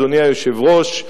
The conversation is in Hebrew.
אדוני היושב-ראש,